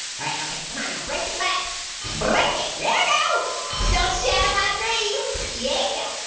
all right, okay. come on now break the glass but break it there you go don't shatter my dreams yeah yeah,